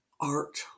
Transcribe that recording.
art